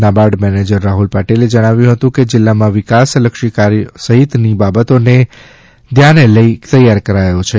NABARD manager Rahul પાટીલે જણાવ્યું હતું કે જિલ્લામાં વિકાસકાર્યો સહિતની બાબતોને ધ્યાને લઇ તૈયાર કરાયો છ